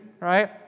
right